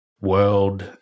world